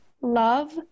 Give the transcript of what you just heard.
love